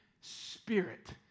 spirit